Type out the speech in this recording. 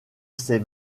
ces